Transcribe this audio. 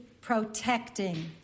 protecting